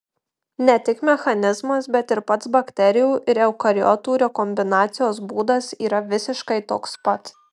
ne tik mechanizmas bet ir pats bakterijų ir eukariotų rekombinacijos būdas yra visiškai toks pat